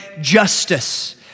justice